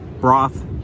broth